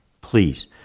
Please